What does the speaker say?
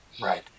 Right